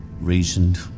reasoned